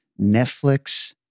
netflix